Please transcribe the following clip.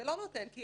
זה לא נותן מענה.